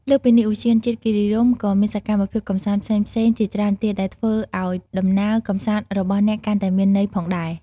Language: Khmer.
លើសពីនេះ ឧទ្យានជាតិគិរីរម្យក៏មានសកម្មភាពកម្សាន្តផ្សេងៗជាច្រើនទៀតដែលធ្វើឲ្យដំណើរកម្សាន្តរបស់អ្នកកាន់តែមានន័យផងដែរ។